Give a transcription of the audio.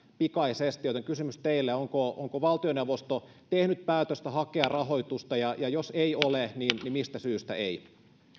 pikaisesti joten kysymys teille onko valtioneuvosto tehnyt päätöstä hakea rahoitusta ja ja jos ei ole niin niin mistä syystä ei